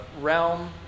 realm